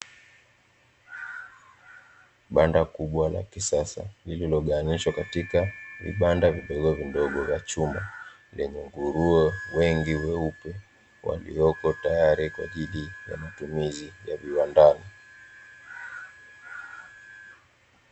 Banda kubwa la kisasa, lililogawanyisha katika vibanda vidogovidogo vya chuma, vyenye nguruwe wengi weupe, waliopo tayari kwa ajili ya matumizi ya viwandani.